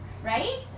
right